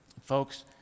folks